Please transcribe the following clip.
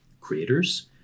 creators